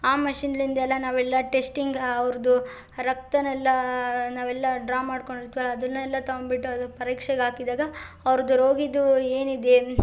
ಆ ಮಷಿನ್ನಿಂದೆಲ್ಲ ನಾವೆಲ್ಲ ಟೆಶ್ಟಿಂಗ್ ಅವ್ರದ್ದು ರಕ್ತನೆಲ್ಲಾ ನಾವೆಲ್ಲಾ ಡ್ರಾ ಮಾಡ್ಕೊಂಡಿರ್ತೀವಲ್ಲ ಅದನ್ನೆಲ್ಲ ತಗೊಂಬಿಟ್ಟು ಅದು ಪರೀಕ್ಷೆಗಾಕಿದಾಗ ಅವರದ್ದು ರೋಗಿದೂ ಏನಿದೆ